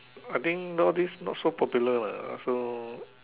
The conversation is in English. I think nowadays not so popular lah so